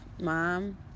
mom